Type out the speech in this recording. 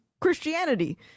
christianity